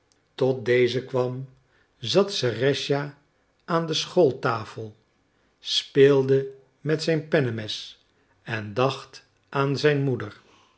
tot deze kwam zat serëscha aan de schooltafel speelde met zijn pennemes en dacht aan zijn moeder